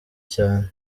cyane